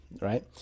right